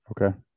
Okay